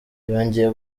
yongeye